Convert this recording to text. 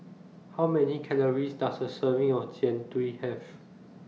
How Many Calories Does A Serving of Jian Dui Have